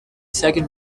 second